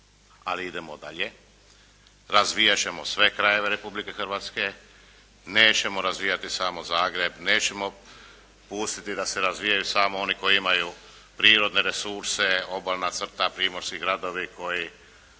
Ali idemo dalje, razvijat ćemo sve krajeve Republike Hrvatske. Nećemo razvijati samo Zagreb, nećemo pustiti da se razvijaju samo oni koji imaju prirodne resurse, obalna crta, primorski gradovi koji